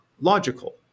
logical